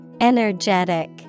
Energetic